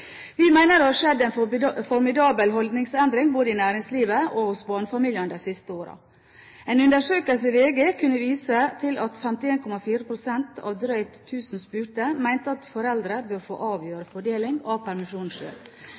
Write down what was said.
Vi mener det har skjedd en formidabel holdningsendring både i næringslivet og hos barnefamiliene de siste årene. En undersøkelse i VG kunne vise til at 51,4 pst. av drøyt 1 000 spurte mente at foreldre bør få avgjøre fordeling av